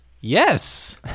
Yes